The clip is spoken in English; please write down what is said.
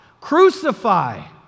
crucify